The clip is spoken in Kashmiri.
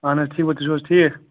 اَہَن حظ ٹھیٖک پٲٹھۍ تُہۍ چھُو حظ ٹھیٖک